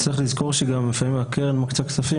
צריך לזכור שגם לפעמים הקרן מקצה כספים,